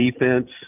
defense